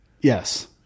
Yes